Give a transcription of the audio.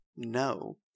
no